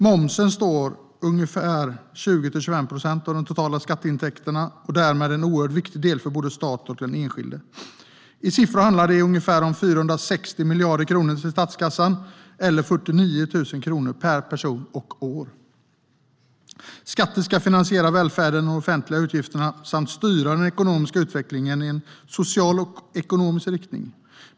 Momsen står för ungefär 20-25 procent av de totala skatteintäkterna och är därmed en oerhört viktig del för både stat och den enskilde. I siffror handlar det om ungefär 460 miljarder kronor till statskassan eller 49 000 kronor per person och år. Skatter ska finansiera välfärden och offentliga utgifter samt styra den ekonomiska utvecklingen i en social och ekologisk riktning.